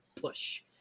push